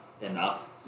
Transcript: enough